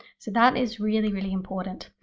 so that is really really important,